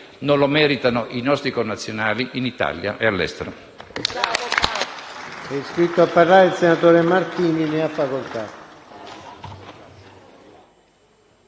non lo meritano i nostri connazionali in Italia e all'estero.